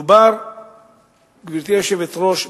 גברתי היושבת-ראש,